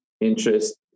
interest